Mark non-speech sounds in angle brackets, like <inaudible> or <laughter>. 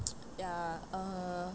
<noise> ya err